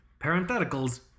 parentheticals